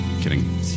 Kidding